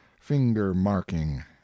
finger-marking